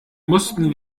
mussten